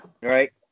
Right